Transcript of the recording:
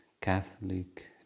Catholic